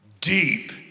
deep